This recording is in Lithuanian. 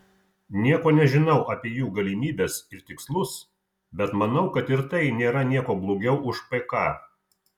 nieko nežinau apie jų galimybes ir tikslus bet manau kad ir tai nėra niekuo blogiau už pk